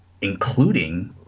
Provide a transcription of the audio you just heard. including